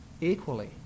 equally